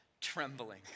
trembling